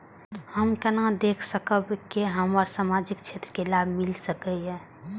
हम केना देख सकब के हमरा सामाजिक क्षेत्र के लाभ मिल सकैये?